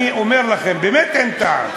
אני אומר לכם, באמת אין טעם.